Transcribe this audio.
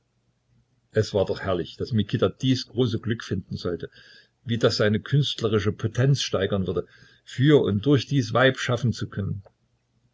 es war doch herrlich daß mikita dies große glück finden sollte wie das seine künstlerische potenz steigern würde für und durch dies weib schaffen zu können